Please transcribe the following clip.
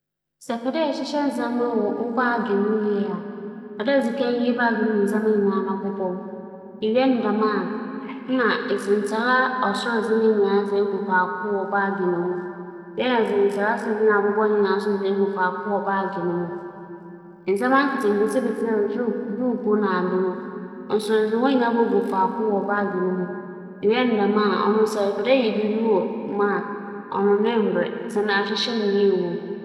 Sɛ epɛ dɛ ehyehyɛ adze bi wͻ "bag" bi mu yie papaapa a, ma otwar dɛ eyɛ nye dɛ, onnyi dɛ esaw adze no na edze hyɛ mu kortsee mbom ͻwͻ dɛ iyiyi no nkorkor na atar biara ibeyi no ebobͻw na ehwɛ dɛ edze akɛse no nyinara bogu ase na abobͻw ketsewa no dze akͻ sor, ͻba no dɛm a wo ndzɛmba no nyinara bͻkͻ wo "bag" no mu fɛfɛɛfɛw a ͻngye kwan pii.